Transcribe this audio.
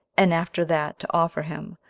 and after that to offer him,